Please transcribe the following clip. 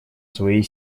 своей